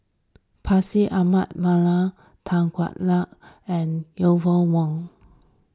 Bashir Ahmad Mallal Tan Hwa Luck and Eleanor Wong